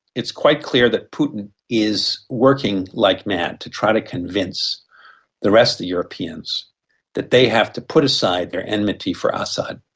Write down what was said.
it is quite clear that putin is working like a mad to try to convince the rest of the europeans that they have to put aside their enmity for assad,